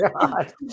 god